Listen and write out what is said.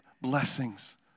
blessings